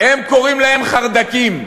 הם קוראים להם חרד"קים.